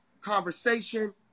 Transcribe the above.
conversation